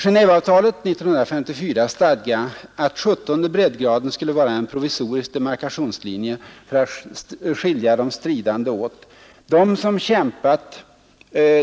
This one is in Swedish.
Genéveavtalet av 1954 stadgade att 17:e breddgraden skulle vara en provisorisk demarkationslinje för att skilja de stridande åt.